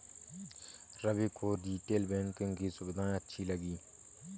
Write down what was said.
रवि को retail banking की सुविधाएं अच्छी लगी